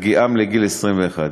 הגיעם לגיל 21 שנים.